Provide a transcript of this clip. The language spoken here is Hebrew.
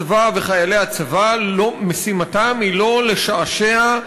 הצבא וחיילי הצבא, משימתם היא לא לשעשע,